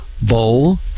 bowl